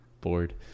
bored